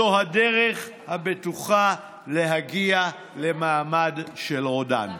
זו הדרך הבטוחה להגיע למעמד של רודן.